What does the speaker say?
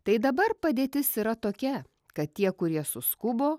tai dabar padėtis yra tokia kad tie kurie suskubo